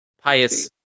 Pious